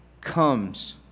comes